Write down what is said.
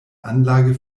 anlage